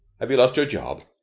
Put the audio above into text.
have you lost your job?